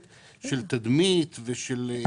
האחרות של הייעוץ המשפטי של הוועדה ושל יושב ראש